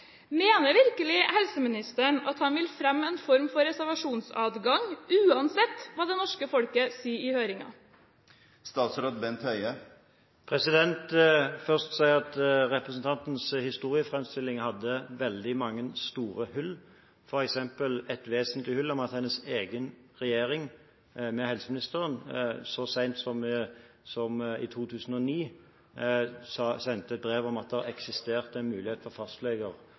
Mener virkelig helseministeren at han vil fremme en form for reservasjonsadgang uansett hva det norske folket sier i høringen? Jeg vil først si at representantens historieframstilling hadde veldig mange store hull, f.eks. et vesentlig hull om at hennes egen regjering, ved helseministeren, så sent som i 2009 sendte et brev om at det eksisterer en mulighet for fastleger